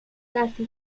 casi